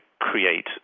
create